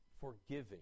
forgiving